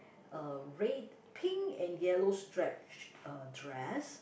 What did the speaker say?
a red pink and yellow stripe uh dress